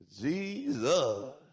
Jesus